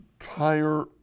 entire